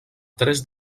tres